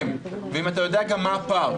חיים, האם אתה יודע גם מה הפער?